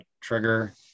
trigger